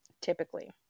typically